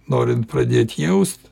norint pradėt jaust